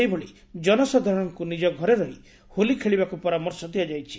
ସେହିଭଳି ଜନସାଧାରଣଙ୍କୁ ନିଜ ଘରେ ରହି ହୋଲି ଖେଳିବାକୁ ପରାମର୍ଶ ଦିଆଯାଇଛି